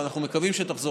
ואנחנו מקווים שתחזור,